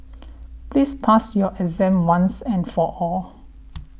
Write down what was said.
please pass your exam once and for all